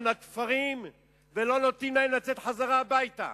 לכפרים ולא נותנים להן לצאת בחזרה הביתה.